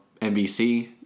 NBC